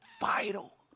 vital